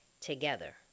together